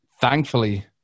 thankfully